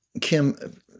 Kim